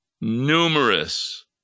numerous